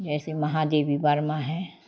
ऐसे महादेवी वर्मा हैं